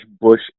Bush